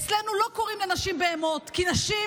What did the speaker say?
אצלנו לא קוראים לנשים בהמות, כי נשים